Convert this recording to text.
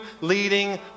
leading